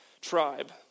tribe